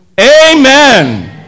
Amen